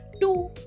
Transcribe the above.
two